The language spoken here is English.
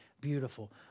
beautiful